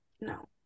No